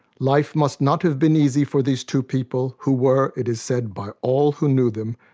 life must not have been easy for these two people, who were, it is said by all who knew them,